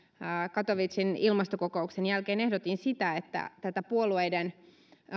katowicen ilmastokokouksen jälkeen ehdotin sitä että tätä puolueiden